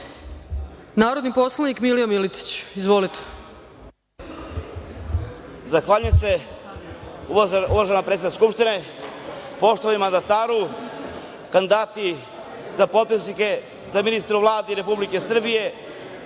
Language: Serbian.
narodni poslanik Milija Miletić. Izvolite.